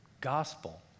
gospel